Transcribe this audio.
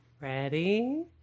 ready